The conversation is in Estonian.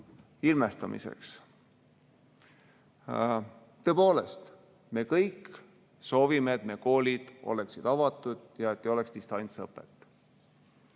ilmestamiseks. Tõepoolest, me kõik soovime, et meie koolid oleksid avatud ja ei oleks distantsõpet.